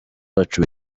bacu